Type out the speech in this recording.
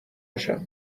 نشم